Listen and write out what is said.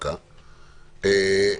הוא קריטי.